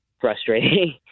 frustrating